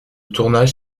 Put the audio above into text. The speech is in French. tournage